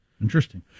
Interesting